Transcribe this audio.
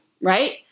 Right